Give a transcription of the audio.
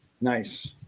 Nice